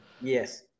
Yes